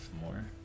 more